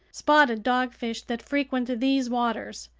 spotted dogfish that frequent these waters,